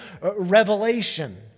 revelation